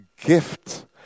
Gift